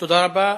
תודה רבה.